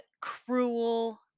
cruel